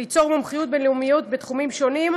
ליצור מומחיות בין-לאומית בתחומים שונים,